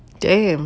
damn